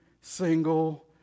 single